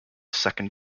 second